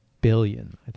billion